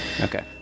Okay